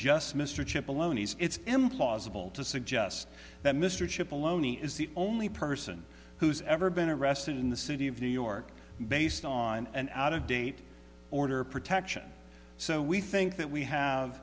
just mr chip alone it's implausible to suggest that mr chip aloni is the only person who's ever been arrested in the city of new york based on an out of date order protection so we think that we have